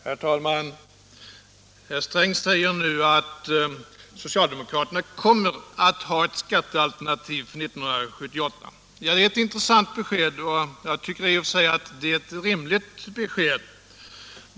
Herr talman! Herr Sträng säger nu att socialdemokraterna kommer att ha ett skattealternativ för 1978. Det är ett intressant besked, och jag tycker i och för sig att det är ett rimligt besked.